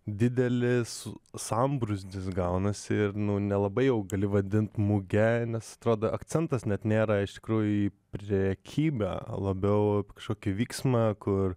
didelis sambrūzdis gaunasi nu nelabai jau gali vadint muge nes atrodo akcentas net nėra iš tikrųjų į prekybą labiau kažkokį vyksmą kur